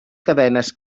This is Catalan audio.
cadenes